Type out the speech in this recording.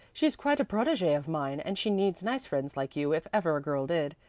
she's quite a protege of mine and she needs nice friends like you if ever a girl did.